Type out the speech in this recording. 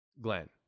Glenn